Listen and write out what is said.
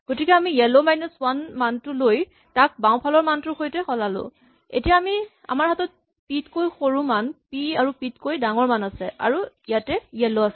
গতিকে আমি য়েল' মাইনাচ ৱান মান টো লৈ তাক বাওঁফালৰ মানটোৰ সৈতে সলালো এতিয়া আমাৰ হাতত পি তকৈ সৰু মান পি আৰু পি তকৈ ডাঙৰ মান আছে আৰু ইয়াতে য়েল' আছে